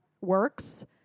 works